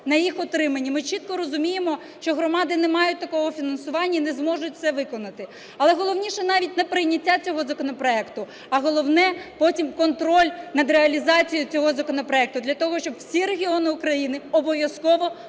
на їх утриманні. Ми чітко розуміємо, що громади не мають такого фінансування і не зможуть це виконати. Але головніше навіть не прийняття цього законопроекту, а головне – потім контроль над реалізацією цього законопроекту для того, щоб всі регіони України обов'язково